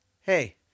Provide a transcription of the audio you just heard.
hey